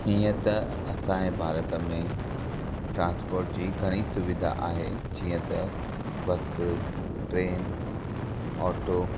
हीअं त असांजे भारत में ट्रांसपोट जी घणी सुविधा आहे जीअं त बस ट्रेन ऑटो